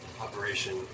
Operation